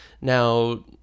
Now